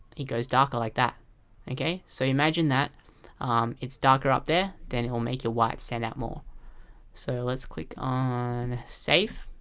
it goes darker like that so imagine that it's darker up there then it will make your whites stand out more so let's click on save